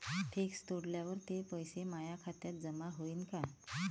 Fix तोडल्यावर ते पैसे माया खात्यात जमा होईनं का?